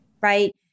right